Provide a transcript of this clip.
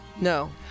No